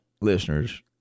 listeners